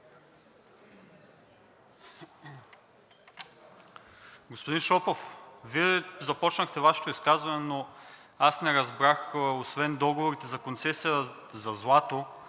Господин Шопов, Вие започнахте Вашето изказване, но не разбрах, освен договорите за концесия за злато,